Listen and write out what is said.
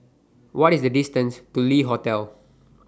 What IS The distance to Le Hotel